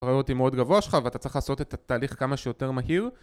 הפריוריטי מאוד גבוה שלך ואתה צריך לעשות את התהליך כמה שיותר מהיר